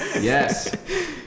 yes